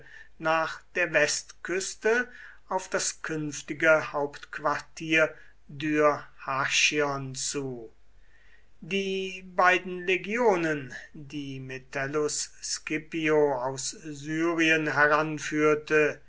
nach der westküste auf das künftige hauptquartier dyrrhachion zu die beiden legionen die metellus scipio aus syrien heranführte